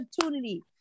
opportunity